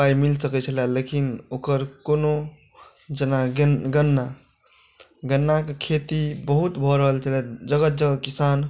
पाइ मिलि सकैत छलए लेकिन ओकर कोनो जेना गे गन्ना गन्नाके खेती बहुत भऽ रहल छलए जगह जगह किसान